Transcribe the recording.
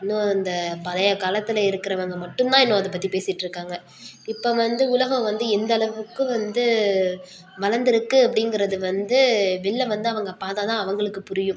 இன்னும் அந்த பழைய காலத்தில் இருக்குறவங்க மட்டுந்தான் இன்னும் அதை பற்றி பேசிகிட்டுருக்காங்க இப்போ வந்து உலகம் வந்து எந்தளவுக்கு வந்து வளர்ந்து இருக்குது அப்படிங்குறது வந்து வெளியில் வந்து அவங்க பார்த்தா தான் அவங்களுக்குப் புரியும்